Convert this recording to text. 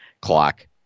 clock